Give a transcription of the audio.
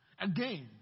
again